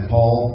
Paul